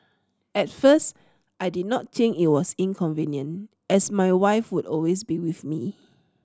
at first I did not think it was inconvenient as my wife would always be with me